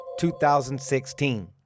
2016